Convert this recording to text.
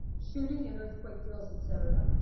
shooting and earthquake drills et cetera.